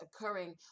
occurring